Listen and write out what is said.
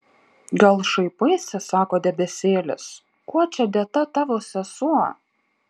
gal šaipaisi sako debesėlis kuo čia dėta tavo sesuo